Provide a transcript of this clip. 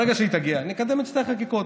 ברגע שהיא תגיע, נקדם את שתי החקיקות.